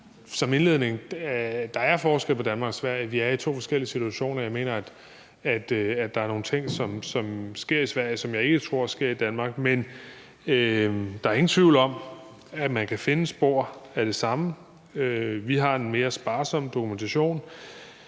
som indledning, at der er forskel på Danmark og Sverige. Vi er i to forskellige situationer, og jeg mener, at der er nogle ting, som sker i Sverige, og som jeg ikke tror sker i Danmark, men der er ingen tvivl om, at man kan finde spor af det samme. Vi har en mere sparsom dokumentation,